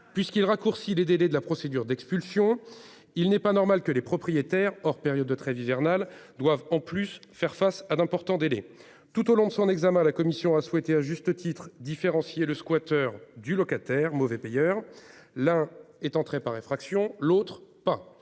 puisqu'il raccourcit les délais de la procédure d'expulsion. Il n'est pas normal que les propriétaires hors période de trêve hivernale doivent en plus faire face à d'importants délais tout au long de son examen à la commission a souhaité à juste titre différencier le squatteur du locataire mauvais payeur. L'un est entré par effraction, l'autre pas.